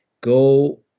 go